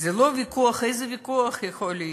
זה לא ויכוח, איזה ויכוח יכול להיות?